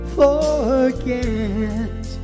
forget